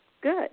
Good